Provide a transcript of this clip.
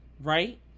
right